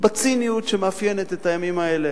בציניות שמאפיינת את הימים האלה,